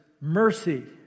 mercy